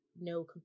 no